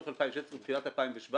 בתחילת שנת 2017,